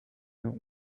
nur